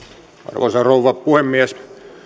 arvoisa rouva puhemies